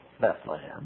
Bethlehem